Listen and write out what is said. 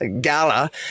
gala